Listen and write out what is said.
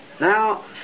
Now